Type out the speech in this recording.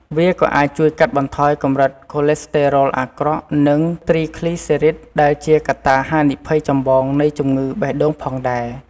វាក៏អាចជួយកាត់បន្ថយកម្រិតកូលេស្តេរ៉ុលអាក្រក់ និងទ្រីគ្លីសេរីត ដែលជាកត្តាហានិភ័យចម្បងនៃជំងឺបេះដូងផងដែរ។